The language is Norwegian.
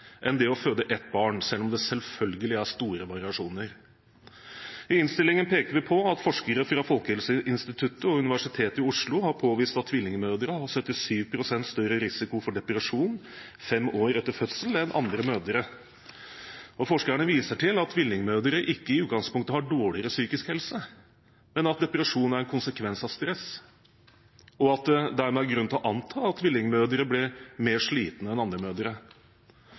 enn det å få ett barn, selv om det selvfølgelig er store variasjoner. I innstillingen peker vi på at forskere fra Folkehelseinstituttet og Universitetet i Oslo har påvist at tvillingmødre har 77 pst. større risiko for depresjon fem år etter fødselen enn andre mødre. Forskerne viser til at tvillingmødre ikke i utgangspunktet har dårligere psykisk helse, men at depresjon er en konsekvens av stress, og at det dermed er grunn til å anta at tvillingmødre blir mer slitne enn andre mødre.